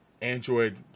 android